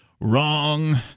Wrong